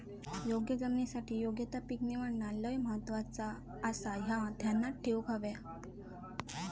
योग्य जमिनीसाठी योग्य ता पीक निवडणा लय महत्वाचा आसाह्या ध्यानात ठेवूक हव्या